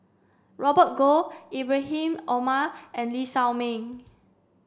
Robert Goh Ibrahim Omar and Lee Shao Meng